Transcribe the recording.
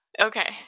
okay